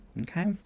okay